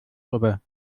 rüber